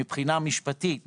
מבחינה משפטית,